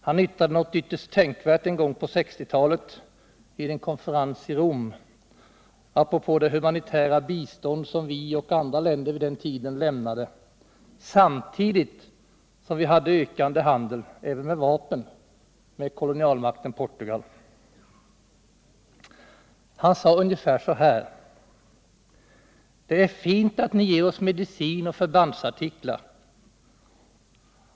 Han yttrade en gång på 1960-talet vid en konferens i Rom någonting ytterst tänkvärt apropå det humanitära bistånd som vi och andra länder vid den tiden lämnade, samtidigt som vi hade ökande handel — även med vapen — med kolonialmakten Portugal. Amilcar Cabral sade ungefär så här: Det är fint att ni ger oss medicin och förbandsartiklar.